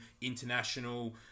international